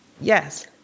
Yes